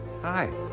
hi